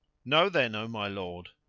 know then, o my lord,